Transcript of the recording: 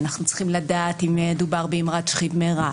אנחנו צריכים לדעת אם מדובר באמרת 'שכיב מרע',